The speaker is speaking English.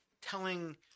telling –